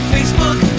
Facebook